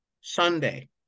Sunday